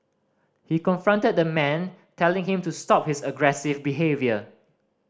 he confronted the man telling him to stop his aggressive behaviour